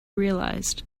realized